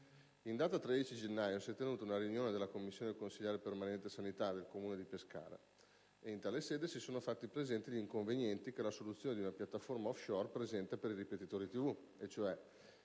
In data 13 gennaio si è tenuta una riunione della commissione consiliare permanente sanità del Comune di Pescara e in tale sede si sono fatti presenti gli inconvenienti che la soluzione di una piattaforma *offshore* presenta per i ripetitori TV e cioè: